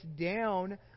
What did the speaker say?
down